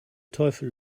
teufel